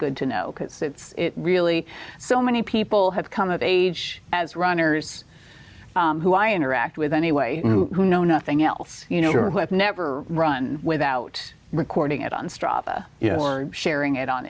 good to know because it's really so many people have come of age as runners who i interact with anyway who who know nothing else you know or who have never run without recording it on stop sharing it on